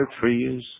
trees